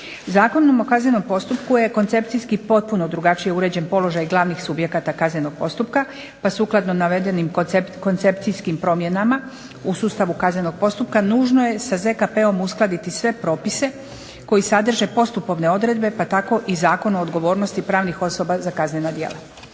Zakonom o kaznenom postupku je koncepcijski potpuno drugačije uređen položaj glavnih subjekata kaznenog postupka pa sukladno navedenim koncepcijskim promjenama u sustavu kaznenog postupka nužno je sa ZKP-om uskladiti sve propise koji sadrže postupovne odredbe pa tako i Zakon o odgovornosti pravnih osoba za kaznena djela.